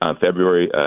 February